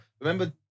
Remember